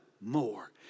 more